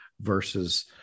versus